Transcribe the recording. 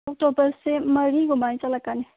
ꯑꯣꯛꯇꯣꯄꯁꯁꯦ ꯃꯔꯤꯗꯨꯃꯥꯏ ꯆꯜꯂꯛꯀꯅꯤ